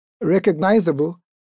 recognizable